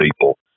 people